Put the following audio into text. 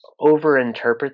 overinterpret